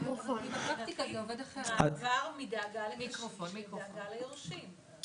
מעבר מדאגה לקשיש לדאגה ליורשים.